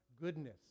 goodness